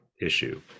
issue